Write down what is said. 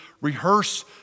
rehearse